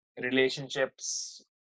relationships